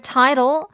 title